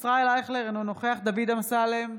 ישראל אייכלר, אינו נוכח דוד אמסלם,